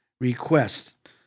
request